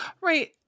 Right